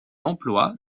emploi